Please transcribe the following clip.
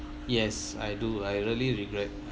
yes I do I really regret